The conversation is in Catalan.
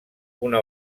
una